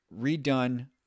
redone